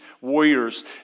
warriors